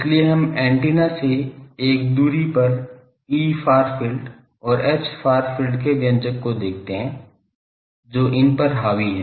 इसलिए हम एंटीना से एक दूरी पर Efar field और Hfar field के व्यंजक को देखते हैं जो इन पर हावी हैं